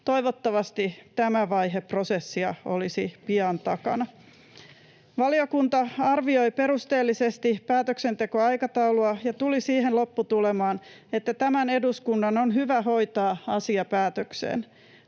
Toivottavasti tämä vaihe prosessia olisi pian takana. Valiokunta arvioi perusteellisesti päätöksentekoaikataulua ja tuli siihen lopputulemaan, että tämän eduskunnan on hyvä hoitaa asia päätökseen.